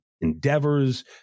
endeavors